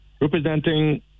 representing